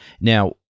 Now